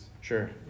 Sure